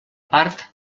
part